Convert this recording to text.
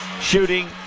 shooting